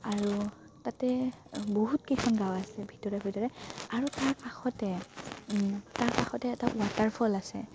আৰু তাতে বহুতকেইখন গাঁও আছে ভিতৰে ভিতৰে আৰু তাৰ কাষতে তাৰ কাষতে এটা ৱাটাৰফল আছে